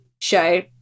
show